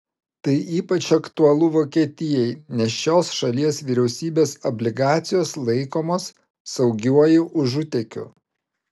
tai ypač aktualu vokietijai nes šios šalies vyriausybės obligacijos laikomos saugiuoju užutėkiu